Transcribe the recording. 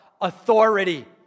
authority